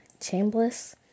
Chambliss